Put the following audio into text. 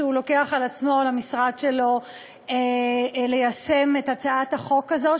ושהוא לוקח על עצמו ועל המשרד שלו ליישם את הצעת החוק הזו,